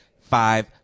five